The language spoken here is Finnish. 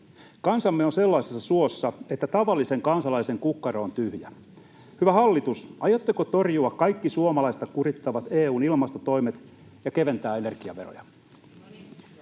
Kansamme on sellaisessa suossa, että tavallisen kansalaisen kukkaro on tyhjä. Hyvä hallitus, aiotteko torjua kaikki suomalaista kurittavat EU:n ilmastotoimet ja keventää ener-giaveroja?